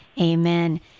amen